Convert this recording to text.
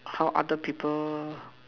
how other people